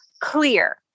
clear